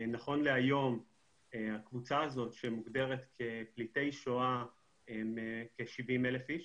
נכון להיום הקבוצה הזאת שמוגדרת כפליטי שואה הם כ-70,000 איש.